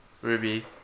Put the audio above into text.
Ruby